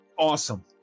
Awesome